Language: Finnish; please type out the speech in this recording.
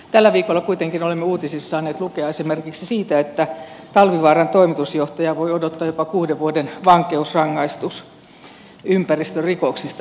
tällä viikolla kuitenkin olemme uutisista saaneet lukea esimerkiksi siitä että talvivaaran toimitusjohtajaa voi odottaa jopa kuuden vuoden vankeusrangaistus ympäristörikoksista nimenomaan